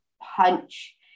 punch